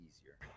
easier